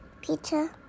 Peter